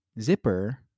Zipper